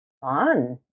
Fun